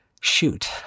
shoot